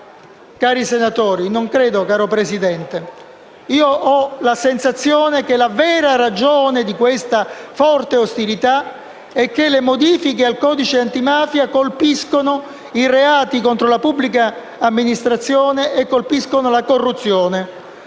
cari senatori, non credo, caro Presidente. Ho la sensazione che la vera ragione di questa forte ostilità è che le modifiche al codice antimafia colpiscono i reati contro la pubblica amministrazione e la corruzione.